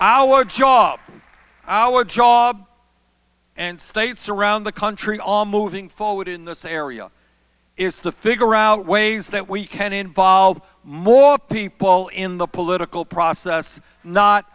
democracy our job our job and states around the country all moving forward in this area is to figure out ways that we can involve more people in the political process not